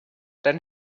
dann